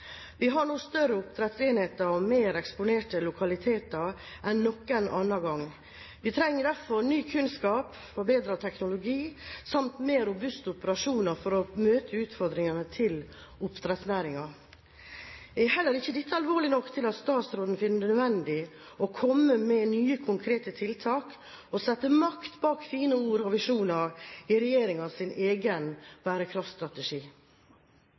Vi har nå større oppdrettsenheter og mer eksponerte lokaliteter enn noen gang. Vi trenger derfor ny kunnskap, forbedret teknologi samt mer robuste operasjoner for å møte utfordringene til oppdrettsnæringen. Er heller ikke dette alvorlig nok til at statsråden finner det nødvendig å komme med nye konkrete tiltak og å sette makt bak fine ord og visjoner i regjeringens egen bærekraftstrategi?